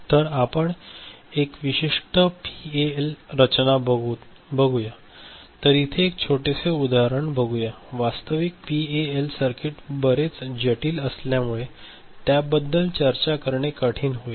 तर आपण एक विशिष्ठ पीएएल रचना बघूयातर इथे एक छोटेसे उदाहरण बघूया वास्तविक पीएएल सर्किट बरेच जटिल असल्यामुळे त्याबद्दल चर्चा करणे कठीण होईल